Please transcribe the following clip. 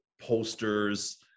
posters